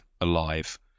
alive